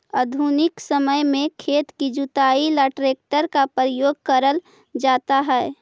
आधुनिक समय में खेत की जुताई ला ट्रैक्टर का प्रयोग करल जाता है